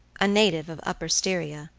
a native of upper styria.